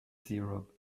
syrup